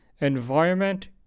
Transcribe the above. environment